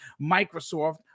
Microsoft